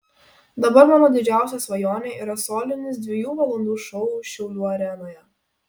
dabar mano didžiausia svajonė yra solinis dviejų valandų šou šiaulių arenoje